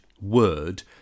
Word